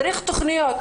צריך תכוניות.